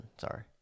sorry